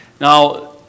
Now